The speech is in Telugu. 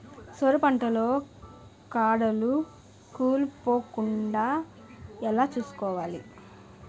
సొర పంట లో కాడలు కుళ్ళి పోకుండా ఎలా చూసుకోవాలి?